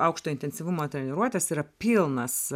aukšto intensyvumo treniruotės yra pilnas